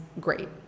great